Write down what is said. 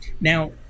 Now